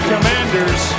Commanders